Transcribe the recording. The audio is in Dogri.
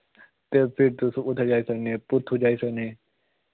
ते फिर तुस उत्थै जाई सकने पुरथु जाई सकने